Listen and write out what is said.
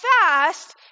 fast